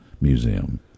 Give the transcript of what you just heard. Museum